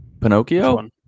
pinocchio